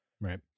Right